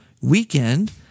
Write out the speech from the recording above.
weekend